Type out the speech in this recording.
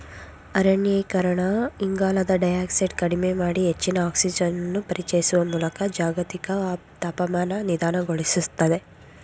ಅರಣ್ಯೀಕರಣ ಇಂಗಾಲದ ಡೈಯಾಕ್ಸೈಡ್ ಕಡಿಮೆ ಮಾಡಿ ಹೆಚ್ಚಿನ ಆಕ್ಸಿಜನನ್ನು ಪರಿಚಯಿಸುವ ಮೂಲಕ ಜಾಗತಿಕ ತಾಪಮಾನ ನಿಧಾನಗೊಳಿಸ್ತದೆ